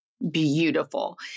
beautiful